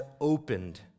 opened